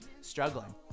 struggling